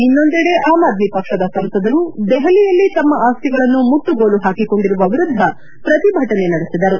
ಇನ್ನೊಂದೆಡೆ ಆಮ್ ಆದ್ಮಿ ಪಕ್ಷದ ಸಂಸದರು ದೆಹಲಿಯಲ್ಲಿ ತಮ್ಮ ಆಸ್ತಿಗಳನ್ನು ಮುಟ್ಟುಗೋಲು ಹಾಕಿೊಂಡಿರುವ ವಿರುದ್ದ ಪ್ರತಿಭಟನೆ ನಡೆಸಿದರು